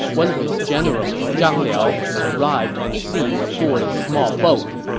one of his generals, zhang liao, arrived on the scene aboard a small boat.